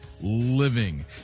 Living